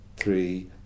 three